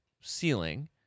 ceiling